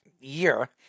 year